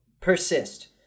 persist